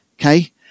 Okay